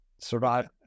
survive